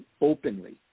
openly